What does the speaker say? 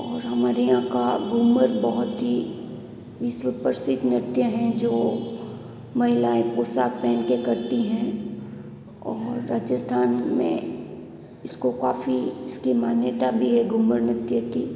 और हमारे यहाँ का घूमर बहुत ही विश्व प्रसिद्ध नृत्य है जो महिलाएँ पोशाक पहन के करती हैं और राजस्थान में इसको काफ़ी उसकी मान्यता भी है घूमर नृत्य की